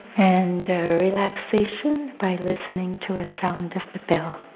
and relaxation by listening to a sound of the bell.